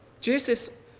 Jesus